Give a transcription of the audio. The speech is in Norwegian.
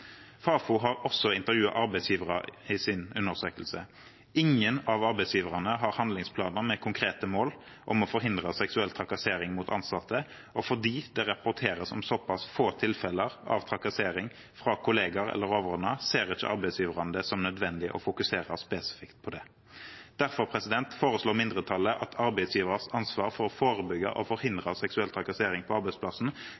Fafo har også intervjuet arbeidsgivere i sin undersøkelse. Ingen av arbeidsgiverne har handlingsplaner med konkrete mål om å forhindre seksuell trakassering av ansatte. Fordi det rapporteres om såpass få tilfeller av trakassering fra kollegaer eller overordnede, ser ikke arbeidsgiverne det som nødvendig å fokusere spesifikt på det. Derfor foreslår mindretallet at «arbeidsgivers ansvar for å forebygge og